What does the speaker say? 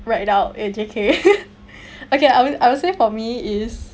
right out it's okay okay I will I will say for me is